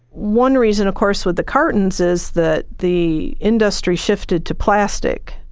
one reason of course with the cartons is that the industry shifted to plastic.